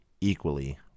equally